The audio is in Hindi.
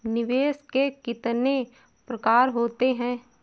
निवेश के कितने प्रकार होते हैं?